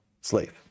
slave